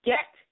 Get